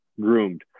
groomed